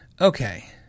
Okay